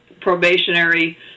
probationary